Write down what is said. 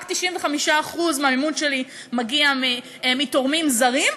רק 95% מהמימון שלי מגיע מתורמים זרים,